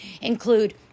include